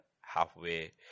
Halfway